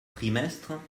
trimestre